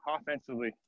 offensively